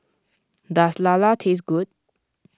does Lala taste good